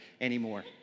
anymore